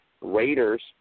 Raiders